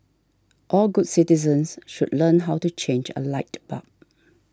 all good citizens should learn how to change a light bulb